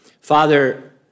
Father